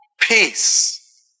Peace